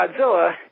Godzilla